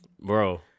Bro